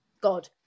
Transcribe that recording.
god